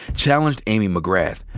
challenged amy mcgrath,